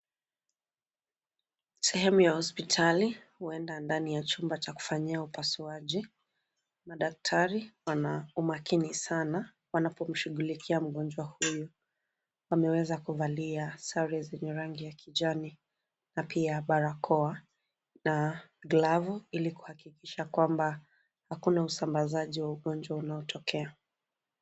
Sehemu ya hospitali huenda ndani ya chumba cha kufanyia upasuaji. Madaktari, wana umakini sana, wanapomshughulikia mgonjwa huyu. Wameweza kuvalia sare zenye rangi ya kijani na pia barakoa na glavu ili kuhakikisha kwamba hakuna usambazaji wa ugonjwa unaotokea.